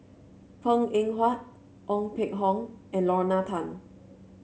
Png Eng Huat Ong Peng Hock and Lorna Tan